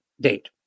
date